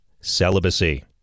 celibacy